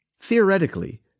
Theoretically